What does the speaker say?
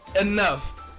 enough